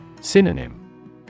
Synonym